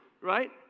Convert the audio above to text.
Right